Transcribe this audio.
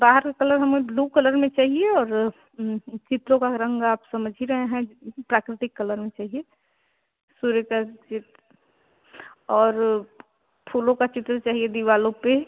बाहर का कलर हमें ब्ल्यू कलर में चाहिए और चित्रों का रंग आप समझ ही रहे हैं प्राकृतिक कलर में चाहिए सूर्य का चित्र और फूलों का चित्र चाहिए दीवारों पर